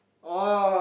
oh